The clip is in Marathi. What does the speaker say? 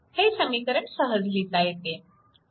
हे समीकरण सहज लिहिता येते